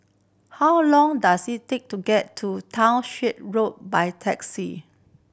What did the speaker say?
how long does it take to get to Townshend Road by taxi